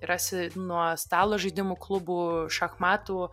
rasi nuo stalo žaidimų klubų šachmatų